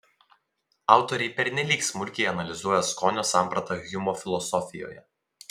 autoriai pernelyg smulkiai analizuoja skonio sampratą hjumo filosofijoje